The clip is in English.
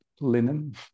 linen